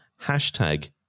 hashtag